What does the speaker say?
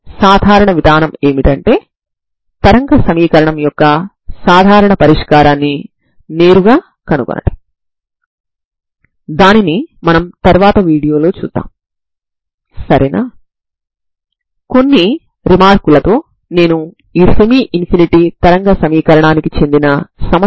దీనిని నేను మీకు అభ్యాసం గా వదిలి వేస్తున్నాను తర్వాత నేను దీనిని మీకు అసైన్మెంట్ లో ఇస్తాను